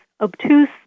obtuse